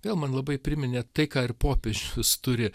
vėl man labai priminė tai ką ir popiežius turi